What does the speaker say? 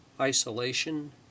isolation